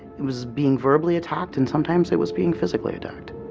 it was being verbally attacked and sometimes it was being physically attacked.